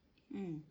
mm